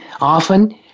Often